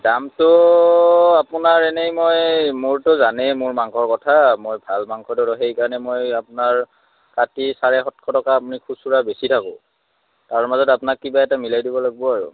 দামটো আপোনাৰ এনেই মই মোৰতো জানেই মোৰ মাংসৰ কথা মই ভাল মাংস ধৰো সেইকাৰণে মই আপোনাৰ পাথী চাৰে সাতশ টকা আমি খুচুৰা বেছি থাকোঁ তাৰ মাজত আপোনাক কিবা এটা মিলাই দিব লাগব আৰু